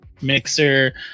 Mixer